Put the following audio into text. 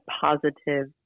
positive